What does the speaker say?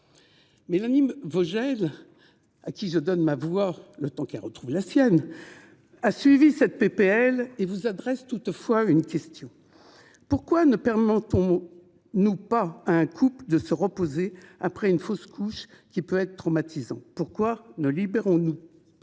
Mélanie Vogel, à qui je prête ma voix le temps qu'elle retrouve la sienne, a suivi cette proposition de loi et souhaitait poser une question. Pourquoi ne permettons-nous pas à un couple de se reposer après une fausse couche, qui peut être traumatisante ? Pourquoi ne libérons-nous pas